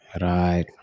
Right